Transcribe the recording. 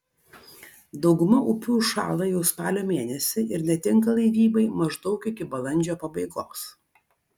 dauguma upių užšąla jau spalio mėnesį ir netinka laivybai maždaug iki balandžio pabaigos